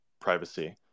privacy